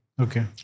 Okay